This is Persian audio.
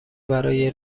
برای